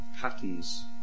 patterns